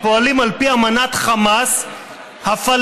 הפועלים על פי אמנת חמאס הפלסטי-נאצית.